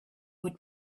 would